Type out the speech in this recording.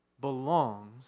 belongs